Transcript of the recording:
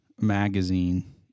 magazine